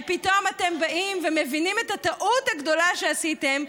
ופתאום אתם באים ומבינים את הטעות הגדולה שעשיתם,